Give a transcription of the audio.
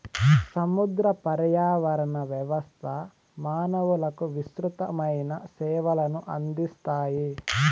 సముద్ర పర్యావరణ వ్యవస్థ మానవులకు విసృతమైన సేవలను అందిస్తాయి